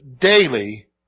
daily